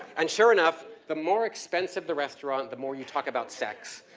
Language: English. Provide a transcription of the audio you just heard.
and sure enough the more expensive the restaurant, the more you talk about sex.